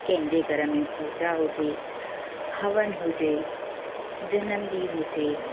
कंहिंजे घर में पूजा हुजे हवन हुजे जनमु ॾींहुं हुजे